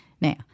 Now